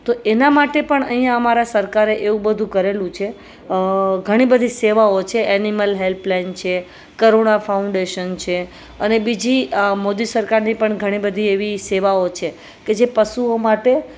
તો એના માટે પણ અહીંયા અમારા સરકારે એવું બધું કરેલું છે ઘણી બધી સેવાઓ છે એનિમલ હેલ્પલાઇન છે કરુણા ફાઉન્ડેશન છે અને બીજી મોદી સરકારની પણ ઘણી બધી એવી સેવાઓ છે કે જે પશુઓ માટે